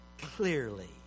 clearly